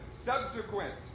subsequent